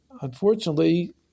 unfortunately